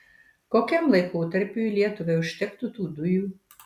kokiam laikotarpiui lietuvai užtektų tų dujų